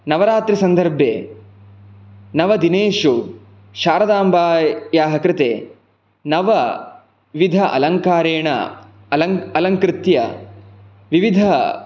नवरात्रिसन्दर्भे नवदिनेषु शारदाम्बायाः कृते नवविध अलङ्कारेण अलङ्कृत्य विविध